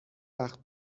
وقت